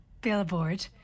billboard